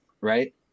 right